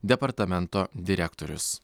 departamento direktorius